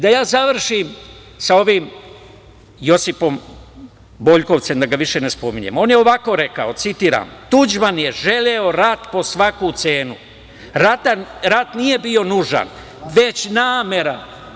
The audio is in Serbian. Da ja završim sa ovim Josipom Boljkovcem, da ga više ne spominjem, on je ovako rekao, citiram: „Tuđman je želeo rat po svaku cenu, rat nije bio nužan, već namera.